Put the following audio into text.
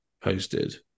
posted